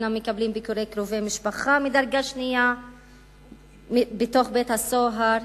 אינם מקבלים ביקורי קרובי משפחה מדרגה שנייה בתוך בית-הסוהר,